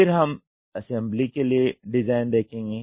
फिर हम असेंबली के लिए डिज़ाइन देखेंगे